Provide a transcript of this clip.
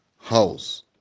house